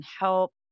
help